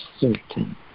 certain